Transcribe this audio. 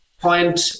point